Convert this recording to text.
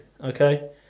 okay